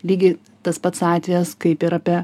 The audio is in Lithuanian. ligiai tas pats atvejas kaip ir apie